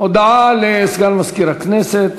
הודעה לסגן מזכירת הכנסת.